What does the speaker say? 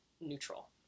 neutral